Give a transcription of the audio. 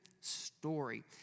story